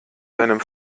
deinem